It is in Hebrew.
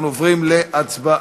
אנחנו עוברים להצבעה.